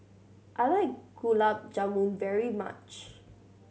I like Gulab Jamun very much